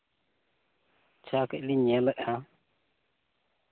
ᱟᱪᱪᱷᱟ ᱠᱟᱹᱪ ᱞᱤᱧ ᱧᱮᱞ ᱮᱫᱼᱟ ᱦᱟᱸᱜ